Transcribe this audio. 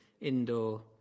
indoor